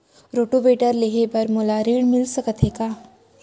Rotavator लेहे बर मोला ऋण मिलिस सकत हे का?